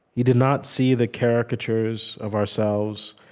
he did not see the caricatures of ourselves,